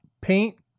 paint